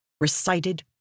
recited